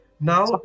Now